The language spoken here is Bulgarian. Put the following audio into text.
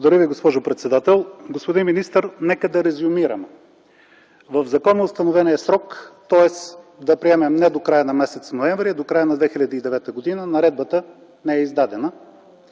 Благодаря Ви, госпожо председател. Господин министър, нека да резюмираме. В законоустановения срок, тоест да приемем, не до края на м. ноември, а до края на 2009 г. наредбата не е издадена.